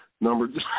Number